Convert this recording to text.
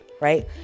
right